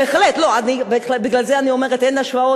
בהחלט, בגלל זה אני אומרת: אין השוואות.